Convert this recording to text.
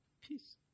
peace